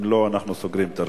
אם לא, אנחנו סוגרים את הרשימה.